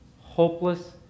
Hopeless